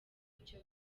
icyo